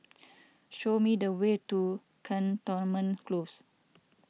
show me the way to Cantonment Close